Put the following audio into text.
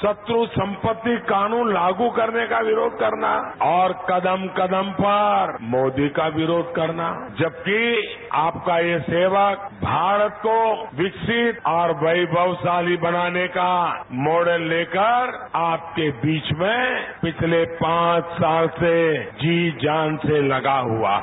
शत्र सम्पत्ति का कानून लागू करने का विरोध करना और कदम कदम पर मोदी का विरोध करना जबकि आपका यह सेवक भारत को विकसित और वैमवशाली बनाने का मॉडल लेकर आपके बीच में पिछले पांच साल से जी जान से लगा हुआ है